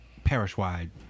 parish-wide